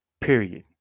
Period